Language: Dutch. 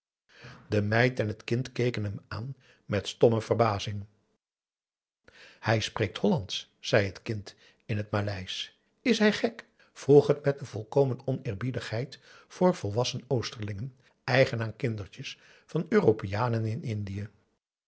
de meid en het kind keken hem aan met stomme verbazing hij spreekt hollandsch zei het kind in het maleisch is hij gek vroeg het met de volkomen oneerbiedigheid voor volwassen oosterlingen eigen aan kindertjes van europeanen in indië